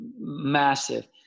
massive